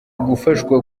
gufashwa